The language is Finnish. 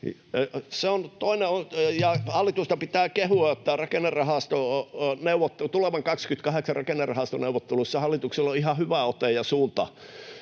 Hallitusta pitää kehua, että tulevassa vuoden 28 rakennerahastoneuvottelussa hallituksella on ihan hyvä ote ja suunta